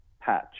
patch